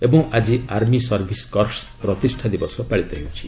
ଏବଂ ଆଜି army service corps ପ୍ରତିଷ୍ଠା ଦିବସ ପାଳିତ ହେଉଛି